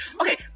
okay